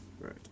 Right